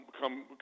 come